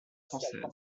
française